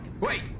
Wait